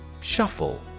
Shuffle